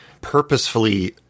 purposefully